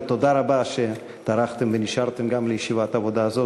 ותודה רבה שטרחתם ונשארתם גם לישיבת עבודה זו.